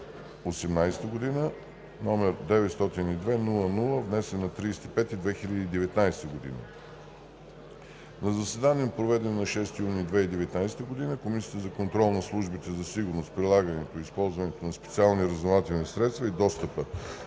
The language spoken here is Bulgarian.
2018 г., № 909-00-1, внесен на 30 май 2019 г. На заседание, проведено на 6 юни 2019 г., Комисията за контрол над службите за сигурност, прилагането и използването на специални разузнавателни средства и достъпа